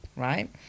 Right